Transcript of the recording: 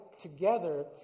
together